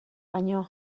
baino